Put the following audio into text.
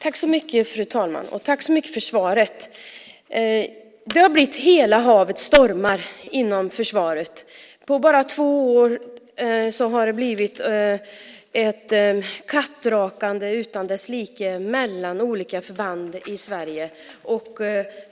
Fru talman! Jag tackar så mycket för svaret. Det har blivit hela havet stormar inom försvaret. På bara två år har det blivit ett kattrakande utan dess like mellan olika förband i Sverige.